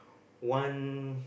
one